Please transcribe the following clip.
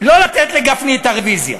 לא לתת לגפני את הרוויזיה.